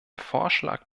vorschlag